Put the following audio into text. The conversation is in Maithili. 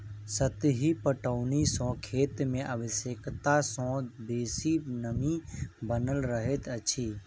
सतही पटौनी सॅ खेत मे आवश्यकता सॅ बेसी नमी बनल रहैत अछि